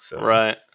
Right